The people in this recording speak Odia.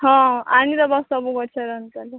ହଁ ଆଣିଦେବ ସବୁ ଗଛର ହେନ୍ତା ହେଲେ